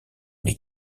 n’es